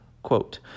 Quote